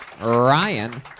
Ryan